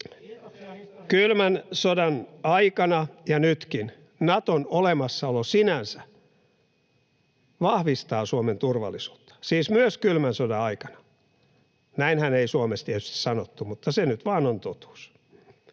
Kylmän sodan aikana ja nytkin Naton olemassaolo sinänsä vahvistaa Suomen turvallisuutta, siis myös kylmän sodan aikana — näinhän ei Suomessa tietysti sanottu, mutta se nyt vain on totuus.